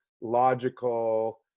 logical